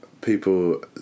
people